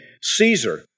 Caesar